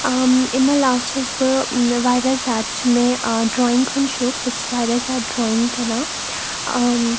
ٲں اَمہِ علاوٕ چھَس بہٕ واریاہ زیادٕ چھُ مےٚ ٲں ڈرٛایِنٛگ ہُنٛد شوق بہٕ چھَس واریاہ زیادٕ ڈرٛایِنٛگ کَران ٲں